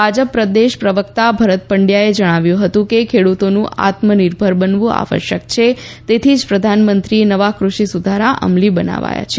ભાજપ પ્રદેશ પ્રવક્તા ભરત પંડ્યાએ જણાવ્યુ હતું કે ખેડૂતોનું આત્મનિર્ભર બનવું આવશ્યક છે તેથી જ પ્રધાનમંત્રીએ નવા કૃષિ સુધારા અમલી બનાવ્યા છે